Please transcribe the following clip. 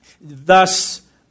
Thus